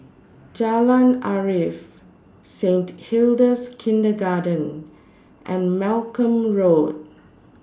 Jalan Arif Saint Hilda's Kindergarten and Malcolm Road